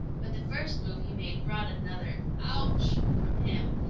but the first move he made brought another ouch from him,